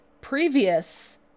previous